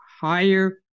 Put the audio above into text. higher